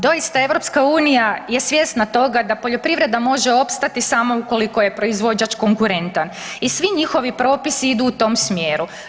Doista EU je svjesna toga da poljoprivreda može opstati samo ukoliko je proizvođač konkurentan i svi njihovi propisi idu u tom smjeru.